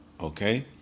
Okay